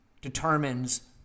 determines